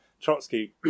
Trotsky